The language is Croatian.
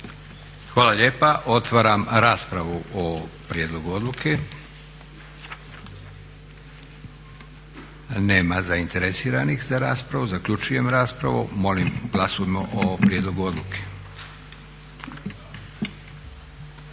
Hvala lijepa. Otvaram raspravu o prijedlogu odluke. Nema zainteresiranih za raspravu. Zaključujem raspravu. Molim glasujmo o prijedlogu odluke.